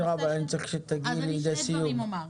עושה שני דברים --- אני צריך שתגיעי לידי סיום.